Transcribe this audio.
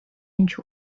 inch